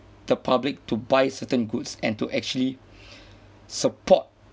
the public to buy certain goods and to actually support